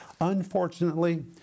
unfortunately